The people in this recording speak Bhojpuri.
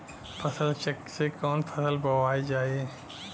फसल चेकं से कवन फसल बोवल जाई?